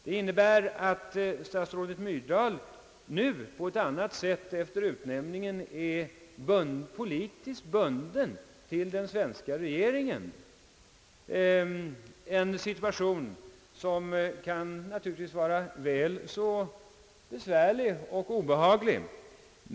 Detta innebär att statsrådet Myrdal nu efter sin utnämning på ett annat sätt är politiskt bunden till den svenska regeringen, en situation som naturligtvis just här kan vara väl så besvärlig och obehaglig.